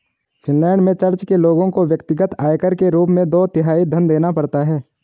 Finland में church के लोगों को व्यक्तिगत आयकर के रूप में दो तिहाई धन देना पड़ता है